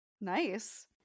Nice